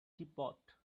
teapot